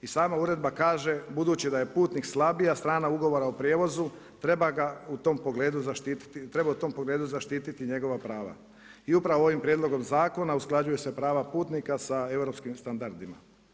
I sam uredba kaže „Budući da je putnik slabija strana Ugovora o prijevozu, treba u tom pogledu zaštititi njegova prava.“ I upravo ovim prijedlogom zakona usklađuje se prava putnika sa europskim standardima.